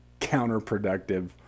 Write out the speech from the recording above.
counterproductive